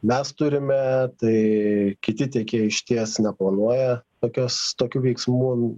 mes turime tai kiti tiekėjai išties neplanuoja tokios tokių veiksmų